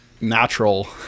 natural